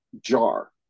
jar